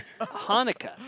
Hanukkah